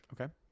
Okay